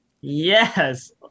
Yes